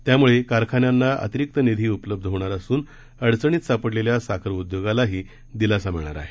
त्यामुळं कारखान्यांना अतिरिक्त निधी उपलब्ध होणार असून अडचणीत सापडलेल्या साखर उद्योगालाही दिलासा मिळणार आहे